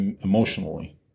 emotionally